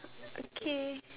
okay